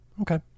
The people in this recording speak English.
Okay